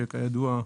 שכידוע,